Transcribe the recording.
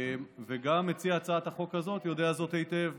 גם מציע הצעת החוק הזאת יודע זאת היטב.